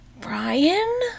Brian